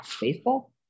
Baseball